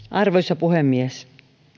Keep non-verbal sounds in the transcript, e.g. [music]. [unintelligible] arvoisa puhemies